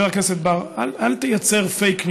אל תייצר פייק ניוז.